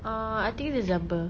err I think december